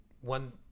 one